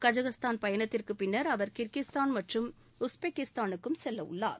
Kazakhstan பயணத்திற்கு பின்னர் அவர் கிர்கிஸ்தான் மற்றும் உஸ்பெகிஸ்தானுக்கும் செல்லவுள்ளார்